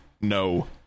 No